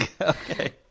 Okay